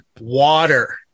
water